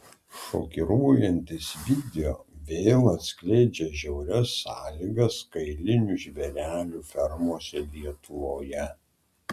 šokiruojantis video vėl atskleidžia žiaurias sąlygas kailinių žvėrelių fermose lietuvoje